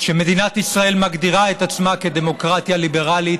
כשמדינת ישראל מגדירה את עצמה כדמוקרטיה ליברלית,